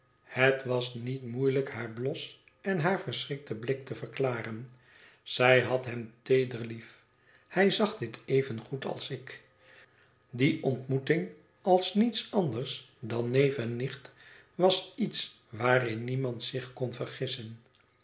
het was niet moeielijk haar blos en haar verschrikten blik te verklaren zij had hem teeder lief hij zag dit evengoed als ik die ontmoeting als niets anders dan neef en nicht was iets waarin niemand zich kon vergissen